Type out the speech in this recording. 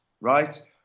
right